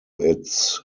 its